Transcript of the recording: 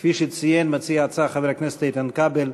כפי שציין מציע ההצעה, חבר הכנסת איתן כבל,